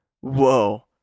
whoa